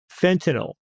fentanyl